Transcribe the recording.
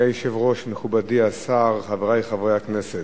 אדוני היושב-ראש, מכובדי השר, חברי חברי הכנסת,